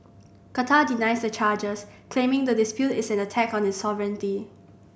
qatar denies the charges claiming the dispute is an attack on its sovereignty